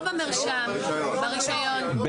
לא במרשם, ברישיון.